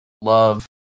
love